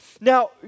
Now